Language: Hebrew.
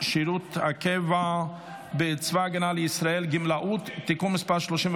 הכנסת (תיקון מס' 53)